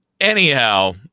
Anyhow